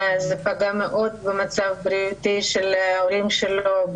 זה פגע מאוד במצב הבריאותי של ההורים שלו,